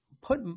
put